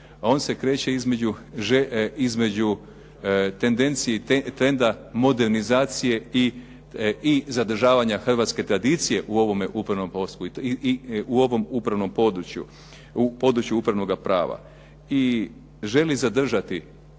On se kreće između tendencije i trenda modernizacije i zadržavanja hrvatske tradicije u ovome upravnom području, u području upravnoga prava. I želi zadržati